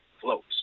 floats